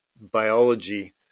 biology